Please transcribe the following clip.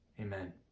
Amen